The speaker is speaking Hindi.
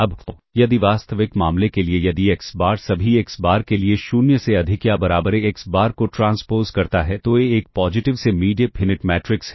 अब यदि वास्तविक मामले के लिए यदि एक्स बार सभी एक्स बार के लिए 0 से अधिक या बराबर ए एक्स बार को ट्रांसपोज़ करता है तो ए एक पॉजिटिव सेमी डेफिनिट मैट्रिक्स है